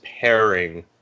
pairing